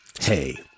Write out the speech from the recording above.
hey